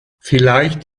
vielleicht